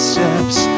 Steps